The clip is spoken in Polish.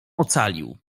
ocalił